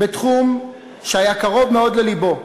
בתחום שהיה קרוב מאוד ללבו,